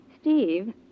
Steve